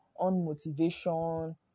unmotivation